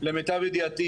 למיטב ידיעתי,